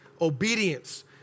obedience